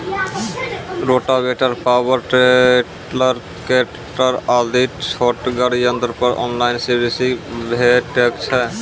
Rotavator, power tiller, tractor आदि छोटगर यंत्र पर ऑनलाइन सब्सिडी भेटैत छै?